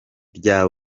rya